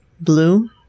Blue